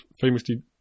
famously